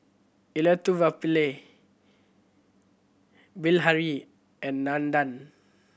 Elattuvalapil Bilahari and Nandan